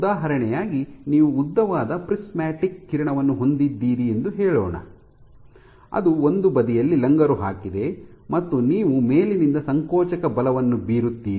ಉದಾಹರಣೆಯಾಗಿ ನೀವು ಉದ್ದವಾದ ಪ್ರಿಸ್ಮಾಟಿಕ್ ಕಿರಣವನ್ನು ಹೊಂದಿದ್ದೀರಿ ಎಂದು ಹೇಳೋಣ ಅದು ಒಂದು ಬದಿಯಲ್ಲಿ ಲಂಗರು ಹಾಕಿದೆ ಮತ್ತು ನೀವು ಮೇಲಿನಿಂದ ಸಂಕೋಚಕ ಬಲವನ್ನು ಬೀರುತ್ತೀರಿ